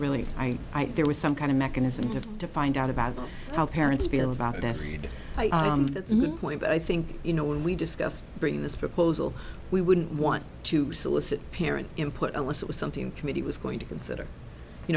really i think there was some kind of mechanism to to find out about how parents feel about that that's a good point i think you know when we discussed bring this proposal we wouldn't want to solicit parent input unless it was something committee was going to consider you